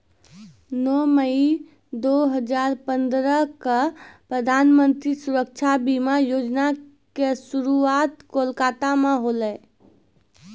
नौ मई दू हजार पंद्रह क प्रधानमन्त्री सुरक्षा बीमा योजना के शुरुआत कोलकाता मे होलै